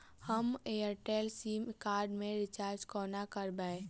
हम Airtel SIM card केँ recharge कोना करबै?